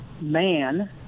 man